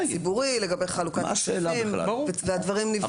המינהל הציבורי לגבי חלוקת כספים והדברים נבחנים.